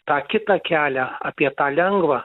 tą kitą kelią apie tą lengvą